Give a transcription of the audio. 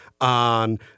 on